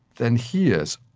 than he is.